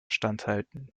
standhalten